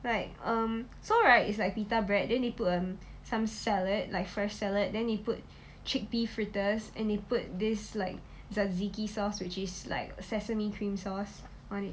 like um so right it's like pita bread then they put um some salad like fresh salad then they put chickpea fritters and they put this like the tzatziki sauce which is like sesame cream sauce on it